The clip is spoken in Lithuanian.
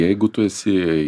jeigu tu esi